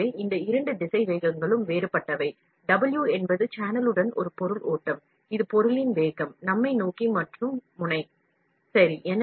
எனவே இந்த இரண்டு திசைவேகங்களும் வேறுபட்டவை W என்பது சேனலுடன் ஒரு பொருள் ஓட்டம் இங்கு U என்பது முனை நோக்கி பொருளின் திசைவேகம் சரி